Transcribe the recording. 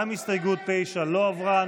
גם הסתייגות 9 לא עברה.